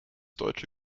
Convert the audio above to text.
deutsche